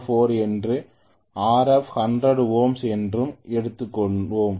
04 என்றும் Rf 100 ohms என்றும் எடுத்துக்கொள்வோம்